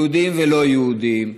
יהודים ולא יהודים,